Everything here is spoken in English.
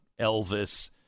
Elvis